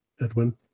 Edwin